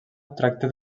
tracta